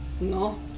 No